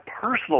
personal